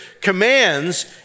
commands